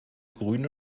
grün